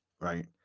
right